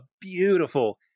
beautiful